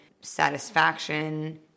satisfaction